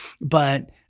But-